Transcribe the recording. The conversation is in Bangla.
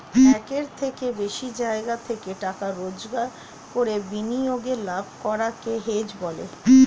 একের থেকে বেশি জায়গা থেকে টাকা জোগাড় করে বিনিয়োগে লাভ করাকে হেজ বলে